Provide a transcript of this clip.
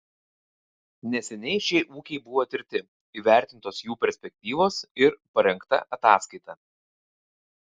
neseniai šie ūkiai buvo tirti įvertintos jų perspektyvos ir parengta ataskaita